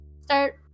start